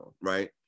right